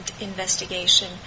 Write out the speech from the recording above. investigation